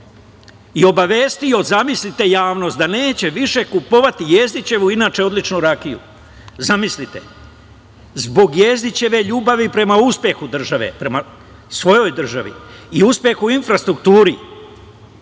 i obavestio javnost da neće više kupovati Jezdićevu, inače, odličnu rakiju. Zamislite, zbog Jezdićeve ljubavi prema uspehu države, prema svojoj državi i uspehu u infrastrukturi